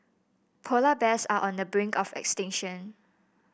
polar bears are on the brink of extinction